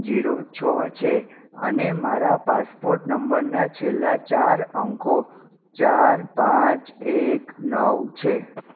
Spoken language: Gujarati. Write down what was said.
જીરો છ છે અને મારા પાસપોટ નંબરના છેલ્લા ચાર અંકો ચાર પાંચ એક નવ છે